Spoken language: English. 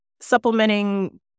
supplementing